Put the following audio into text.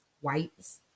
whites